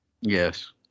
Yes